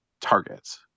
targets